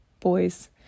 boys